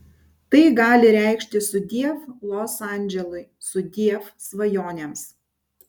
tai gali reikšti sudiev los andželui sudiev svajonėms